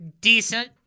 decent